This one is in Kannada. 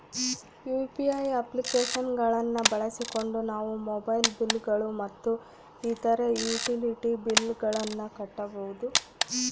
ಯು.ಪಿ.ಐ ಅಪ್ಲಿಕೇಶನ್ ಗಳನ್ನ ಬಳಸಿಕೊಂಡು ನಾವು ಮೊಬೈಲ್ ಬಿಲ್ ಗಳು ಮತ್ತು ಇತರ ಯುಟಿಲಿಟಿ ಬಿಲ್ ಗಳನ್ನ ಕಟ್ಟಬಹುದು